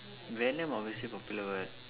venom obviously popular what